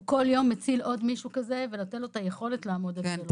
כל יום מציל עוד מישהו כזה ונותן לו את היכולת לעמוד על שלו.